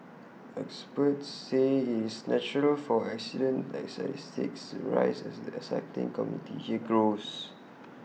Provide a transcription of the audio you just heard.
experts say IT is natural for accident statistics to rise as the cycling community here grows